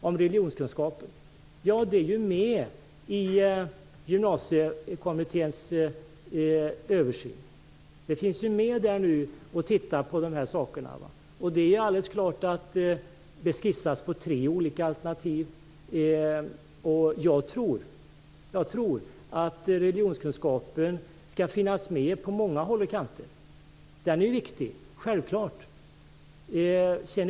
Religionskunskapen är ju med i Gymnasiekommitténs översyn. Man tittar nu på dessa saker. Det skissas för närvarande på tre olika alternativ. Jag tror att religionskunskapen skall finnas med på många håll och kanter. Den är självfallet viktig.